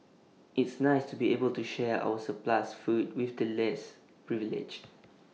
it's nice to be able to share our surplus food with the less privileged